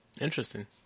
Interesting